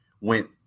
went